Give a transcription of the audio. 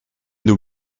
nos